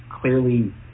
clearly